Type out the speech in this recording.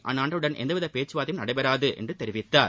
அந்நாட்டுடன் எந்தவித பேச்கவார்த்தையும் நடைபெறாது என்று தெரிவித்தார்